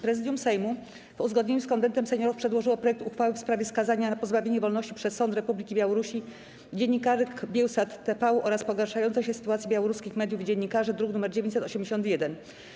Prezydium Sejmu, w uzgodnieniu z Konwentem Seniorów, przedłożyło projekt uchwały w sprawie skazania na pozbawienie wolności przez sąd Republiki Białorusi dziennikarek Biełsat TV oraz pogarszającej się sytuacji białoruskich mediów i dziennikarzy, druk nr 981.